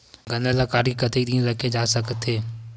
गन्ना ल काट के कतेक दिन तक रखे जा सकथे?